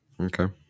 okay